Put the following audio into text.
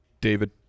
David